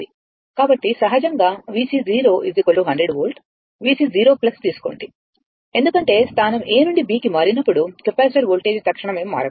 కాబట్టి సహజంగా VC 100 volt VC0 తీసుకోండి ఎందుకంటే స్థానం A నుండి B కి మారినప్పుడు కెపాసిటర్ వోల్టేజ్ తక్షణమే మారదు